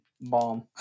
bomb